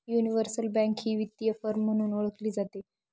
universal bank ही वित्तीय firm म्हणूनही ओळखली जाते